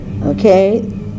okay